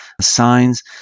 signs